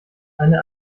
eine